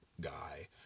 guy